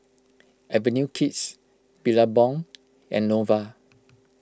Avenue Kids Billabong and Nova